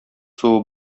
суы